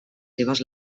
seves